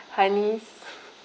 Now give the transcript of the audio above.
hanis